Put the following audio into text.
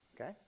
Okay